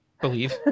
believe